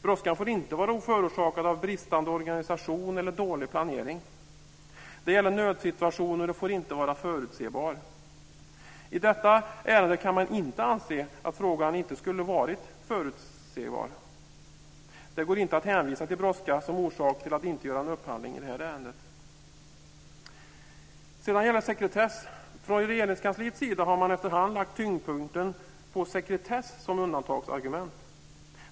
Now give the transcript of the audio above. Brådskan får inte vara förorsakad av bristande organisation eller dålig planering. Det gäller nödsituationer, och den får inte vara förutsägbar. I detta ärende kan man inte anse att brådskan inte skulle ha varit förutsägbar. Det går inte att hänvisa till brådska som orsak till att inte göra en upphandling i det här ärendet. Sedan gäller det sekretess. Regeringskansliet har efterhand lagt tyngdpunkten på sekretess som undantagsargument.